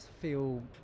feel